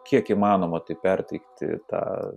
kiek įmanoma tai perteikti tą